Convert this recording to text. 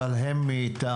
אבל הם מטעמם,